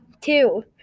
Two